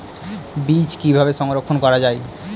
বীজ কিভাবে সংরক্ষণ করা যায়?